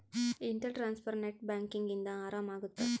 inter transfer net banking ಇಂದ ಆರಾಮ ಅಗುತ್ತ